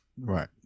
right